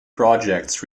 projects